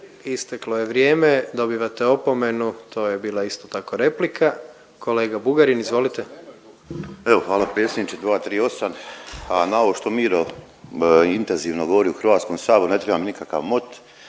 Isteklo je vrijeme, dobivate opomenu. To je bila isto tako replika. Kolega Bugarin izvolite. **Bugarin, Ivan (HDZ)** Evo hvala predsjedniče, 238. A na ovo što Miro intenzivno govori u Hrvatskom saboru, ne treba mi nikakav mot.